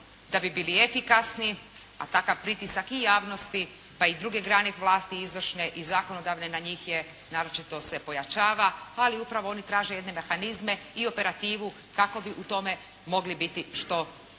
da bi bili efikasni, a takav pritisak i javnosti pa i druge grane vlasti izvršne i zakonodavne na njih je naročito se pojačava ali upravo oni traže jede mehanizme i operativu kako bi u tome mogli biti što efikasniji.